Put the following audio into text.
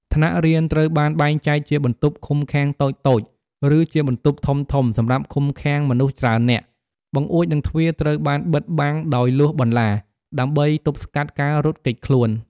ថ្នាក់រៀនត្រូវបានបែងចែកជាបន្ទប់ឃុំឃាំងតូចៗ ឬជាបន្ទប់ធំៗសម្រាប់ឃុំឃាំងមនុស្សច្រើននាក់ បង្អួច និងទ្វារត្រូវបានបិទបាំងដោយលួសបន្លា ដើម្បីទប់ស្កាត់ការរត់គេចខ្លួន។